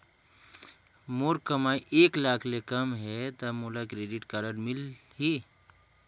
मोर कमाई एक लाख ले कम है ता मोला क्रेडिट कारड मिल ही?